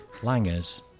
langers